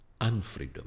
unfreedom